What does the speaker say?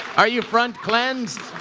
are you front-cleansed?